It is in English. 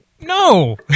No